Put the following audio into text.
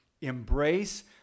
Embrace